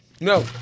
No